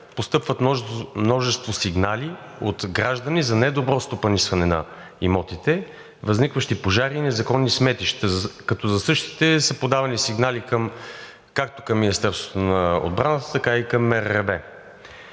постъпват множество сигнали от граждани за недобро стопанисване на имотите, възникващи пожари и незаконни сметища, като за същите са подавани сигнали както към Министерството на отбраната, така и към МРРБ.